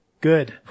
Good